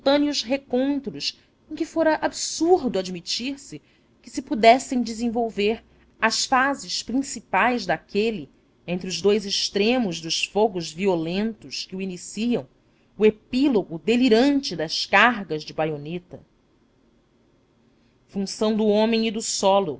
instantâneos recontros em que fora absurdo admitir se que se pudessem desenvolver as fases principais daquele entre os dous extremos dos fogos violentos que o iniciam ao epílogo delirante das cargas de baioneta função do homem e do solo